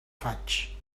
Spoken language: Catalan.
faig